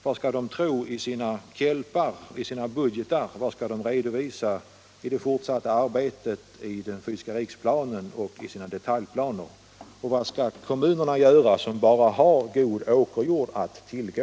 Vad skall de redovisa i sina kommunalekonomiska långtidsplaner och vad skall de redovisa i det fortsatta arbetet med den fysiska riksplanen och i sina detaljplaner? Och vad skall de kommuner göra som bara har god åkerjord att tillgå?